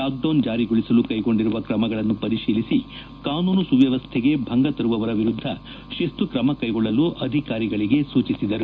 lockdown ಜಾರಿಗೊಳಿಸಲು ಕೈಗೊಂಡಿರುವ ತ್ರಮಗಳನ್ನು ಪರಿತೀಲಿಸಿ ಕಾನೂನು ಸುವ್ಲವಸ್ಥೆಗೆ ಭಂಗ ತರುವವರ ವಿರುದ್ದ ಶಿಸ್ತು ತ್ರಮ ಕೈಗೊಳ್ಳಲು ಅಧಿಕಾರಿಗಳಿಗೆ ಸೂಚಿಸಿದರು